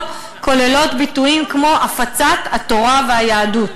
כוללים ביטויים כמו "הפצת התורה והיהדות",